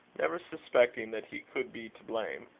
never suspecting that he could be to blame,